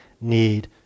need